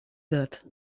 wird